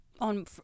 on